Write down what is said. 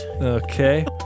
Okay